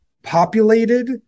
populated